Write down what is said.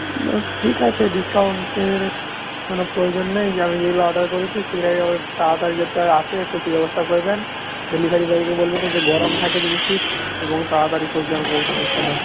ঠিক আছে ডিসকাউন্টের কোনো প্রয়োজন নেই আমি যেগুলো অর্ডার করেছি সেগুলো তাড়াতাড়ি যাতে আসে একটু সেই ব্যবস্থা করবেন ডেলিভারি বয়কে বলবেন যাতে গরম থাকে জিনিসটি এবং তাড়াতাড়ি খুব যেন পৌঁছানোর চেষ্টা করে